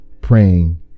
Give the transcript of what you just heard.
praying